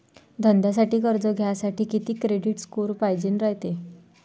धंद्यासाठी कर्ज घ्यासाठी कितीक क्रेडिट स्कोर पायजेन रायते?